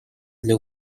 для